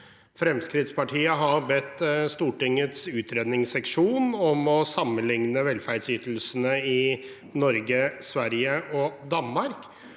Fremskrittspartiet har bedt Stortingets utredningsseksjon om å sammenligne velferdsytelsene i Norge, Sverige og Danmark,